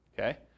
okay